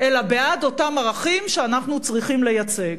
אלא בעד אותם ערכים שאנחנו צריכים לייצג.